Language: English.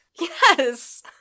Yes